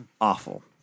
Awful